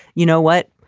you know what?